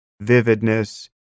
vividness